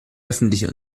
öffentliche